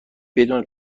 بدون